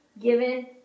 given